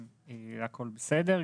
הכול בסדר.